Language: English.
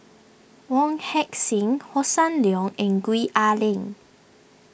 Wong Heck Sing Hossan Leong and Gwee Ah Leng